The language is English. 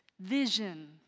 vision